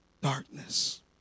darkness